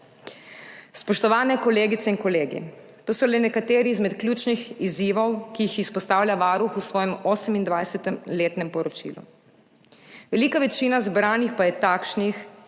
Spoštovane kolegice in kolegi! To so le nekateri izmed ključnih izzivov, ki jih izpostavlja Varuh v svojem 28. letnem poročilu. Velika večina zbranih pa je takšnih,